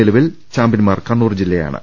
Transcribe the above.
നിലവിൽ ചാമ്പ്യന്മാർ കണ്ണൂർ ജില്ലയാ ണ്